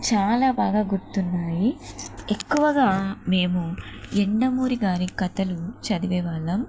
చాలా బాగా గుర్తున్నాయి ఎక్కువగా మేము యండమూరి గారి కథలు చదివేవాళ్ళం